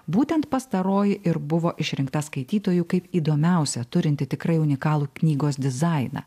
būtent pastaroji ir buvo išrinkta skaitytojų kaip įdomiausią turinti tikrai unikalų knygos dizainą